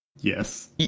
Yes